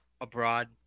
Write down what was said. abroad